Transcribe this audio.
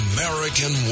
American